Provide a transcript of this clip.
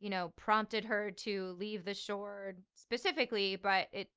you know, prompted her to leave the shore specifically. but it